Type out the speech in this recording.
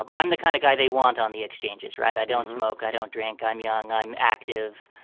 i'm i'm the kind of guy they want on the exchanges, right? i don't smoke, i don't drink. i'm young, i'm active.